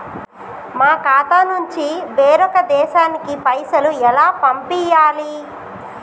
మా ఖాతా నుంచి వేరొక దేశానికి పైసలు ఎలా పంపియ్యాలి?